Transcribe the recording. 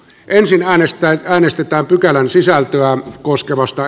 ensin äänestetään pykälän sisältöä koskevasta